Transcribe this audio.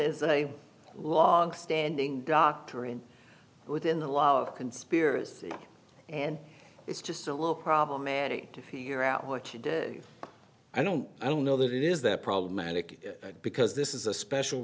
there's a long standing doctrine within the law of conspiracy and it's just so little problematic to figure out what today i don't i don't know that it is that problematic because this is a special